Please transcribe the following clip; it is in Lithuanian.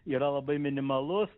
yra labai minimalus